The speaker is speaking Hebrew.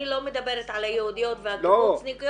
אני לא מדברת על היהודיות ועל הקיבוצניקיות,